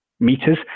meters